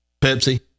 Pepsi